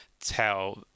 tell